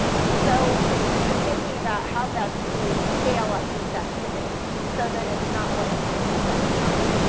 and so we've been thinking about how best to scale up these activities so that it's not one species at a time.